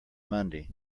monday